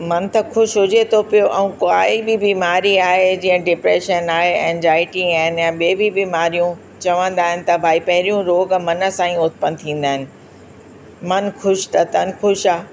मन त ख़ुशि हुजे थो पियो ऐं काई बि बीमारी आहे जीअं डिप्रेशन आहे एंग्जाइटी आहिनि या ॿिए बि बीमारियूं चवंदा आहिनि त भई पहिरियूं रोग मन सां ई उत्पन्न थींदा आहिनि मनु ख़ुशि त तनु ख़ुशि आहे